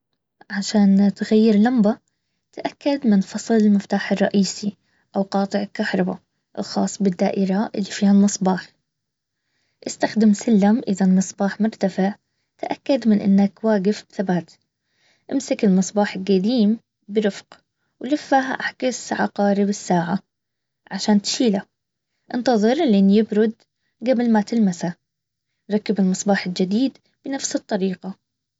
عشان تغير اللمبه تاكد من فصل المفتاح الرئيسي او قاطع الكهربا الخاص بالدائره اللي فيها المصباح استخدم سلم اذا المصباح مرتفع تأكد انك واقف بثبات امسك المصباح القديم برفق ولفه عكس عقارب الساعه عشان تشيله انتظر انه يبرد قبل ما تلمسه ركب المصباح الجديد لنفس الطريقه